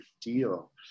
deal